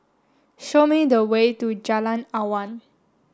show me the way to Jalan Awan